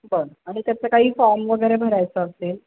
बरं आणि त्याचा काही फॉर्म वगैरे भरायचा असेल